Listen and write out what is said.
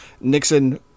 Nixon